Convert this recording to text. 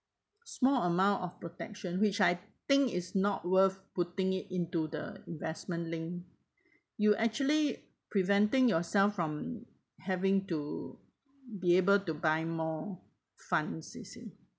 small amount of protection which I think is not worth putting it into the investment link you actually preventing yourself from having to be able to buy more funds you see